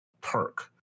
perk